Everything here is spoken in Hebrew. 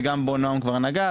שגם בו נועם כבר נגעה,